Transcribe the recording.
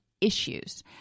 issues